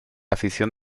afición